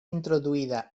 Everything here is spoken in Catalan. introduïda